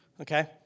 okay